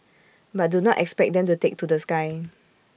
but do not expect them to take to the sky